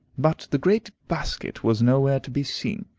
but the great basket was nowhere to be seen.